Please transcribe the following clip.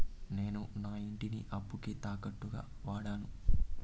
నేను నా ఇంటిని అప్పుకి తాకట్టుగా వాడాను